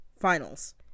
finals